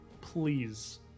please